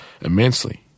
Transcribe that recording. immensely